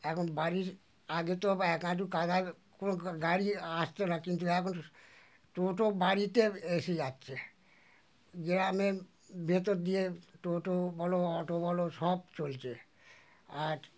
এখন বাড়ির আগে তো এক হাঁটু কাদা কোনো গাড়ি আসত না কিন্তু এখন টোটো বাড়িতে এসে যাচ্ছে গ্রামের ভিতর দিয়ে টোটো বলো অটো বলো সব চলছে আর